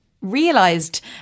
realised